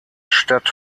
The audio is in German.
stadt